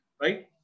right